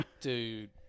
Dude